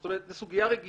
זאת אומרת, זאת סוגיה רגישה